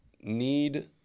need